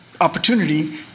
opportunity